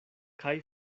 kaj